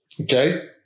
Okay